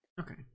Okay